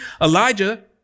Elijah